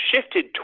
shifted